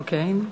אוקיי.